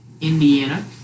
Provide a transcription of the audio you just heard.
Indiana